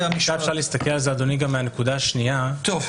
אדוני, אפשר להסתכל על זה גם מהצד השני: